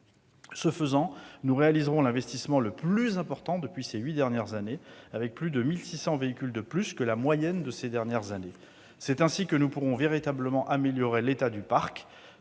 Ce faisant, nous réaliserons l'investissement le plus important depuis huit ans, avec plus de 1 600 véhicules de plus que la moyenne de ces dernières années. C'est ainsi que nous pourrons véritablement améliorer l'état du parc,